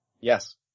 Yes